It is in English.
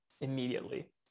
immediately